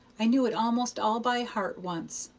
i knew it almost all by heart once,